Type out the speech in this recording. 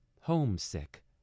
homesick